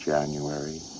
January